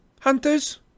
Hunters